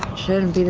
shouldn't